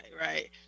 right